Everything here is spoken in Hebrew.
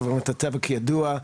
החברה להגנת הטבע, כידוע,